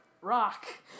Rock